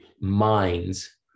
minds